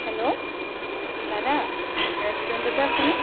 hello দাদা ৰেষ্টুৰেণ্টতে আছেনে